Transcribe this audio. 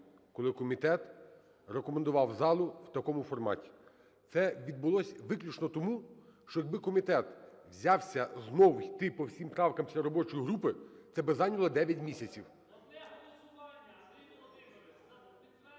коли комітет рекомендував залу в такому форматі. Це відбулось виключно тому, що якби комітет взявся знов йти по всім правкам після робочої групи, це би зайняло 9 місяців.